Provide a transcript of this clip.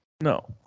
No